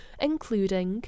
including •